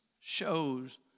shows